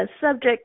subject